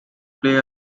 play